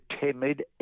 timid